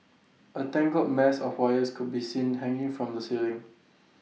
A tangled mess of wires could be seen hanging from the ceiling